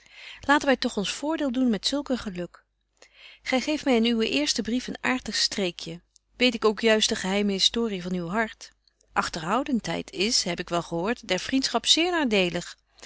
laten wy toch ons voordeel doen met zulk een geluk gy geeft my in uwen eersten brief een aartig streekje weet ik ook juist de geheime historie van uw hart agterhoudentheid is heb ik wel gehoort der vriendschap zeer